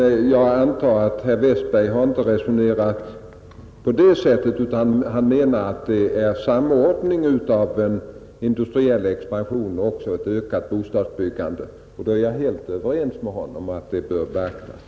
Jag antar att herr Westberg inte har resonerat på det sättet utan menar att det måste vara samordning mellan industriell expansion och ökat bostadsbyggande. I så fall är jag helt överens med honom om att det bör beaktas.